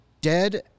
dead